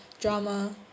drama